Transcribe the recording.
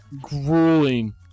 Grueling